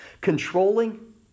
controlling